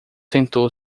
sentou